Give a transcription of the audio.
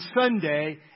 Sunday